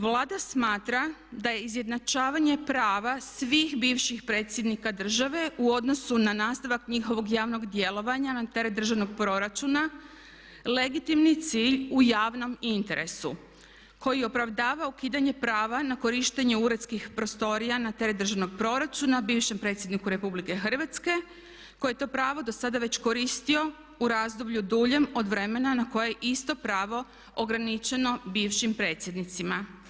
Vlada smatra da je izjednačavanje prava svih bivših predsjednika države u odnosu na nastavak njihovog javnog djelovanja na teret državnog proračuna legitimni cilj u javnom interesu koji opravdava ukidanje prava na korištenje uredskih prostorija na teret državnog proračuna bivšem predsjedniku Republike Hrvatske koji je to pravo dosada već koristio u razdoblju duljem od vremena na koje je isto pravo ograničeno bivšim predsjednicima.